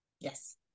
Yes